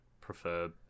prefer